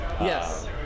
yes